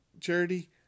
charity